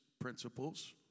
principles